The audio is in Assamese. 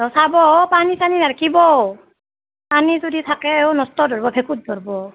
চাব অঁ পানী চানী নাৰখিব পানী যদি থাকেই অঁ নষ্ট ধৰিব ভেঁকুৰ ধৰিব